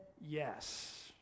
yes